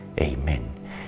Amen